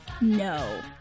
No